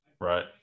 right